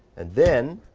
and then,